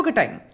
time